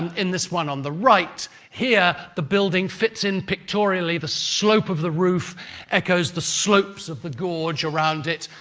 in this one on the right here, the building fits in pictorially, the slope of the roof echoes the slopes of the gorge around it.